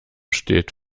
steht